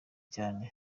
cyane